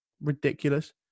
ridiculous